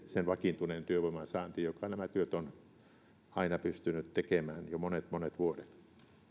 sen vakiintuneen työvoiman saanti joka nämä työt on aina pystynyt tekemään jo monet monet vuodet